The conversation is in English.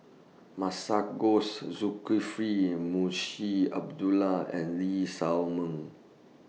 Masagos Zulkifli and Munshi Abdullah and Lee Shao Meng